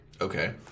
Okay